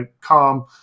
calm